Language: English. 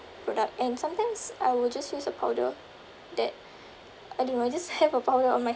product and sometimes I will just use a powder that I don't know I just have a powder on my